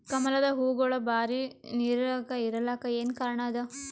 ಕಮಲದ ಹೂವಾಗೋಳ ಬರೀ ನೀರಾಗ ಇರಲಾಕ ಏನ ಕಾರಣ ಅದಾ?